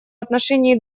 отношении